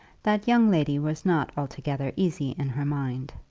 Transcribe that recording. that young lady was not altogether easy in her mind.